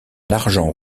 l’argent